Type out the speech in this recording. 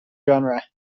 genre